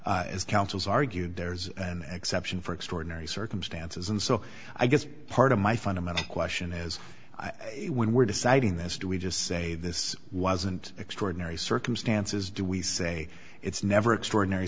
but as councils argued there's an acceptance for extraordinary circumstances and so i guess part of my fundamental question is when we're deciding this do we just say this wasn't extraordinary circumstances do we say it's never extraordinary